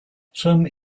some